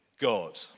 God